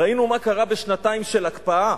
ראינו מה קרה בשנתיים של הקפאה,